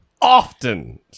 often